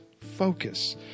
focus